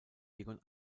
egon